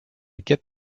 get